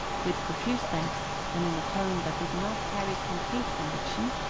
with profuse thanks, and in a tone that did not carry complete conviction,